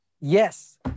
Yes